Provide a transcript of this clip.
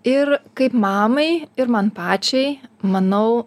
ir kaip mamai ir man pačiai manau